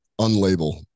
unlabel